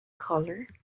color